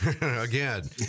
Again